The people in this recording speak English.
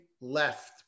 left